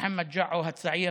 מוחמד ג'עו הצעיר,